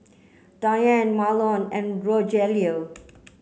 Diane Marlon and Rogelio